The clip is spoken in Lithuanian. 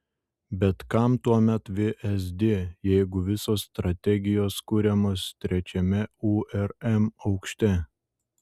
bet kam tuomet vsd jeigu visos strategijos kuriamos trečiame urm aukšte